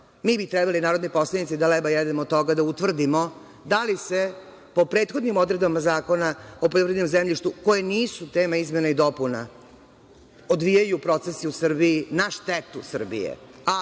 Mi bismo trebali, narodni poslanici, da 'leba jedemo od toga, da utvrdimo da li se po prethodnim odredbama Zakona o poljoprivrednom zemljištu, koje nisu tema izmena i dopuna, odvijaju procesi u Srbiji na štetu Srbije,